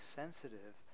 sensitive